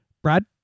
brad